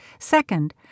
Second